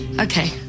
Okay